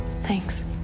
Thanks